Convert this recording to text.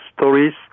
stories